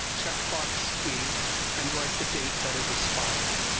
check box b and write the date that it was filed.